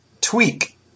tweak